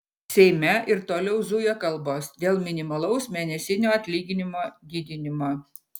seime ir toliau zuja kalbos dėl minimalaus mėnesinio atlyginimo didinimo